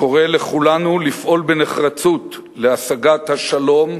וקורא לכולנו לפעול בנחרצות להשגת השלום